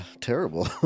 Terrible